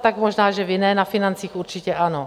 Tak možná že vy ne, na financích určitě ano.